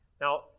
Now